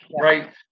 right